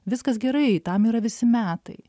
viskas gerai tam yra visi metai